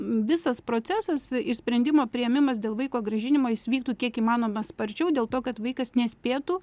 visas procesas ir sprendimo priėmimas dėl vaiko grąžinimo jis vyktų kiek įmanoma sparčiau dėl to kad vaikas nespėtų